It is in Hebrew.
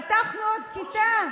פתחנו עוד כיתה.